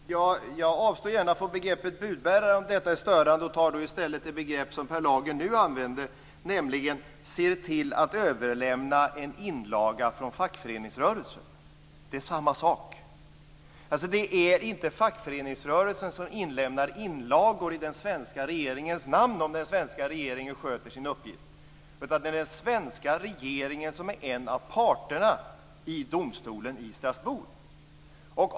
Fru talman! Jag avstår gärna från begreppet budbärare, om detta är störande, och tar i stället det begrepp som Per Lager nu använde, nämligen "ser till att överlämna en inlaga från fackföreningen". Det är samma sak. Det är inte fackföreningsrörelsen som inlämnar inlagor i den svenska regeringens namn om den svenska regeringen sköter sin uppgift, utan det är den svenska regeringen som är en av parterna i domstolen i Strasbourg.